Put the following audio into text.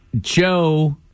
Joe